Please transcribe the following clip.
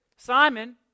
Simon